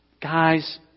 guys